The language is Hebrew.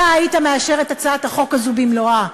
אתה היית מאשר את הצעת החוק הזאת במלואה.